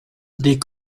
des